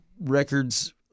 records